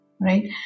right